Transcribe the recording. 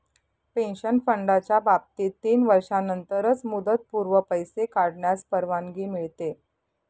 pension फंडाच्या बाबतीत तीन वर्षांनंतरच मुदतपूर्व पैसे काढण्यास परवानगी मिळते